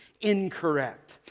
incorrect